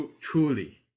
truly